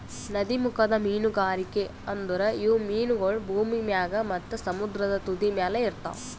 ನದೀಮುಖದ ಮೀನುಗಾರಿಕೆ ಅಂದುರ್ ಇವು ಮೀನಗೊಳ್ ಭೂಮಿ ಮ್ಯಾಗ್ ಮತ್ತ ಸಮುದ್ರದ ತುದಿಮ್ಯಲ್ ಇರ್ತಾವ್